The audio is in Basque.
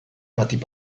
batik